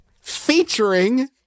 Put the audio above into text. featuring